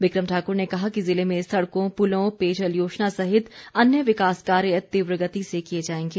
बिक्रम ठाक्र ने कहा कि जिले में सड़कों पुलों पेयजल योजना सहित अन्य विकास कार्य तीव्र गति से किए जाएंगे